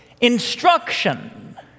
instruction